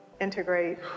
integrate